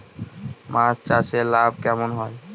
মাছ চাষে লাভ কেমন হয়?